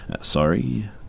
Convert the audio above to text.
Sorry